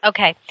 Okay